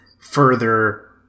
further